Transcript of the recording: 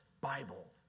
Bible